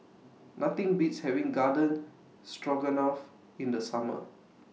Nothing Beats having Garden Stroganoff in The Summer